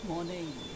Morning